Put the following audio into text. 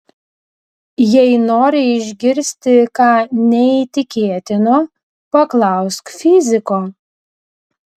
jei nori išgirsti ką neįtikėtino paklausk fiziko